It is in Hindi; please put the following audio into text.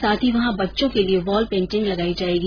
साथ ही वहां बच्चों के लिये वॉल पेंटिग लगायी जाएगी